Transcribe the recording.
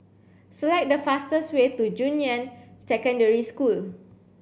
select the fastest way to Junyuan Secondary School